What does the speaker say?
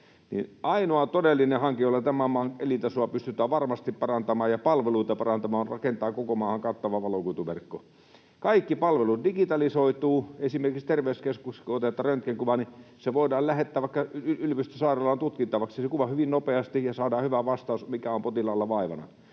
ainoa todellinen hanke, jolla tämän maan elintasoa pystytään varmasti parantamaan ja palveluita parantamaan, on rakentaa koko maahan kattava valokuituverkko. Kaikki palvelut digitalisoituvat. Esimerkiksi terveyskeskuksessa, kun otetaan röntgenkuva, se voidaan lähettää vaikka yliopistosairaalaan tutkittavaksi hyvin nopeasti ja saadaan hyvä vastaus, mikä on potilaalla vaivana.